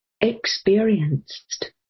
experienced